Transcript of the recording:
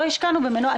לא השקענו במנועי צמיחה.